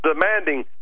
demanding